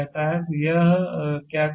तो यह क्या कहता है